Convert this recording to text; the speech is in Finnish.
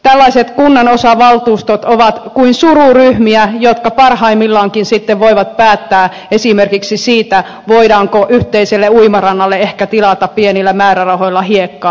tällaiset kunnanosavaltuustot ovat kuin sururyhmiä jotka parhaimmillaankin sitten voivat päättää esimerkiksi siitä voidaanko yhteiselle uimarannalle ehkä tilata pienillä määrärahoilla hiekkaa